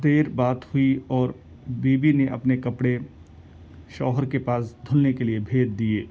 دیر بات ہوئی اور بیوی نے اپنے کپڑے شوہر کے پاس دھلنے کے لیے بھیج دیے